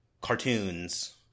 cartoons